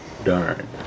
Darn